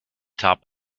top